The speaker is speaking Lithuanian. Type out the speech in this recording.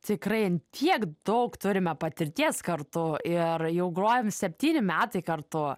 tikrai ant tiek daug turime patirties kartu ir jau grojam septyni metai kartu